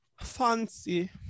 Fancy